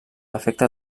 efecte